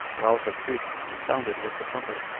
while the priests sounded with the trumpet,